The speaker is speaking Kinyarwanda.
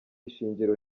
ishingiro